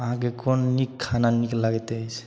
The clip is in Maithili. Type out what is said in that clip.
अहाँकेँ कोन नीक खाना कोन नीक लगैत अछि